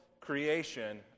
creation